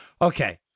Okay